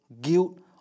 guilt